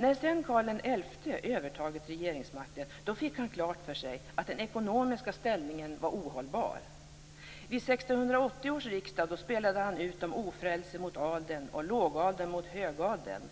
När sedan Karl XI övertagit regeringsmakten fick han klart för sig att den ekonomiska ställningen var ohållbar. Vid 1680 års riksdag spelade han ut de ofrälse mot adeln och lågadeln mot högadeln.